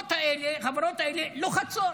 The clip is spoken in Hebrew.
והחברות האלה לוחצות